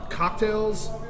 Cocktails